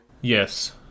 Yes